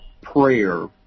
prayer